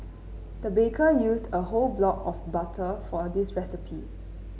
the baker used a whole block of butter for this recipe